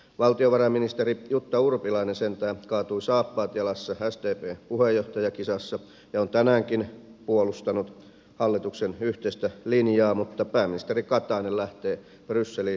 valtiovarainministeri jutta urpilainen sentään kaatui saappaat jalassa sdpn puheenjohtajakisassa ja on tänäänkin puolustanut hallituksen yhteistä linjaa mutta pääministeri katainen lähtee brysseliin lihapatojen ääreen